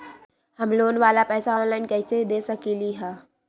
हम लोन वाला पैसा ऑनलाइन कईसे दे सकेलि ह?